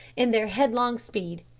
in their headlong speed,